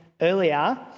earlier